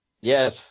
Yes